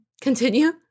Continue